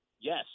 yes